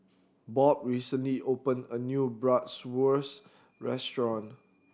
Bob recently opened a new Bratwurst Restaurant